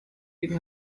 gegen